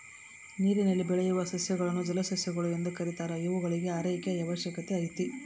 ನೀರಿನಲ್ಲಿ ಬೆಳೆಯುವ ಸಸ್ಯಗಳನ್ನು ಜಲಸಸ್ಯಗಳು ಎಂದು ಕೆರೀತಾರ ಇವುಗಳಿಗೂ ಆರೈಕೆಯ ಅವಶ್ಯಕತೆ ಐತೆ